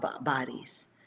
bodies